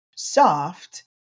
Soft